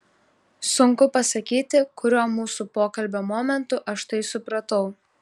sunku pasakyti kuriuo mūsų pokalbio momentu aš tai supratau